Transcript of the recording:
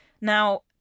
now